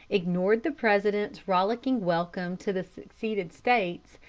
ignored the president's rollicking welcome to the seceded states,